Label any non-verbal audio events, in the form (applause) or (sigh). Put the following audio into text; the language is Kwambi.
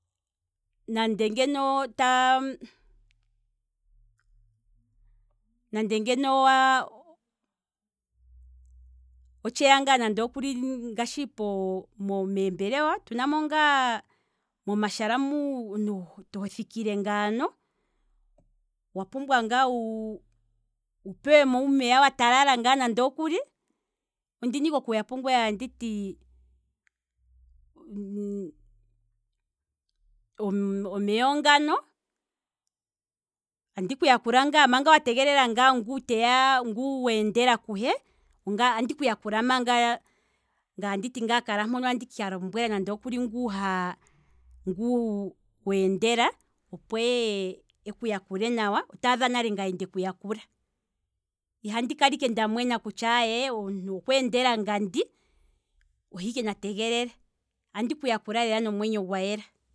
Nande ngeno otaa, nande ngeno owaa, otsheya ngaa nande okuli ngashi po- mo- meembelewa, otuna mo ngaa momashala mu hothikile ngaano, wa pumbwa ngaa wu pewemo nande uumeya wa talala ngaa nande okuli, ondina ike okuya pungweye anditi, (hesitation) omeya ongano, andiku yakula ngaa manga wa tega ngu weendela kuhe andiku yakula manga ngaye anditi kala manga mpono manga andika lombwela ngu weendela, opo eye eku yakule nawa, otaadha nale ndeku yakula, ihandi kala ike ndamwena kutya omuntu okweendela ngandi ohe ike na tegelele, andi ku yakula nomwenyo gwayela.